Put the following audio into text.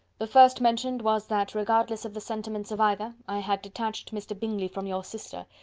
the first mentioned was, that, regardless of the sentiments of either, i had detached mr. bingley from your sister,